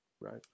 Right